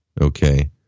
okay